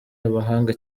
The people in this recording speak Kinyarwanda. abahanga